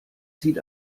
zieht